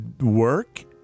work